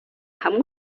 hamwe